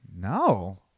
No